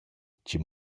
chi